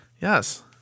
Yes